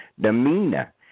demeanor